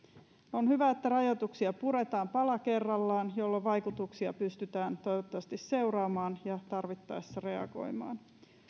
on hyvä että rajoituksia puretaan pala kerrallaan jolloin vaikutuksia pystytään toivottavasti seuraamaan ja tarvittaessa reagoimaan niihin